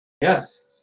Yes